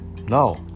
no